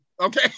Okay